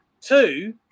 two